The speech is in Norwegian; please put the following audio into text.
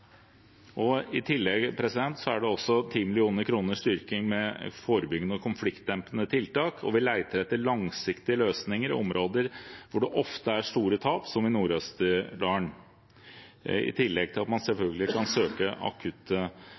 SNO. I tillegg er det 10 mill. kr til styrking av forebyggende og konfliktdempende tiltak, og vi leter etter langsiktige løsninger i områder hvor det ofte er store tap, som i Nord-Østerdalen. I tillegg kan man selvfølgelig søke på akutte midler. Alle disse tiltakene er der nettopp for at man